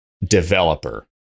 developer